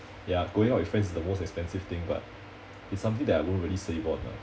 ya going out with friends is the most expensive thing but it's something that I won't really save on lah